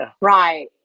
Right